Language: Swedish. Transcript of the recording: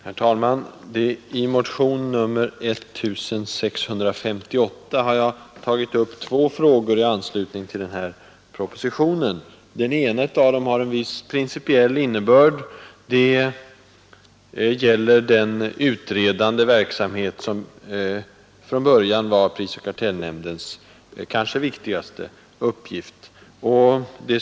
Herr talman! I motionen 1658 har jag tagit upp två frågor i anslutning till denna proposition. Den ena av dem har en viss principiell innebörd. Det gäller den utredande verksamhet som från början var prisoch kartellnämndens kanske viktigaste uppgift.